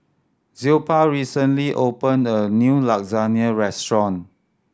Zilpah recently opened a new Lasagne Restaurant